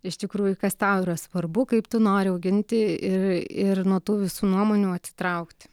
iš tikrųjų kas tau yra svarbu kaip tu nori auginti ir ir nuo tų visų nuomonių atsitraukti